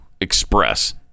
express